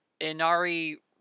inari